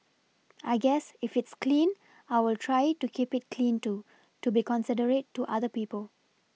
I guess if it's clean I will try to keep it clean too to be considerate to other people